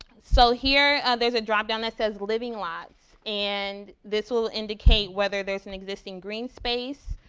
so here, there's a dropdown that says living lots, and this will indicate whether there's an existing green space.